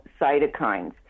cytokines